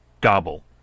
gobble